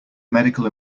medical